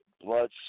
Blood